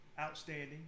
outstanding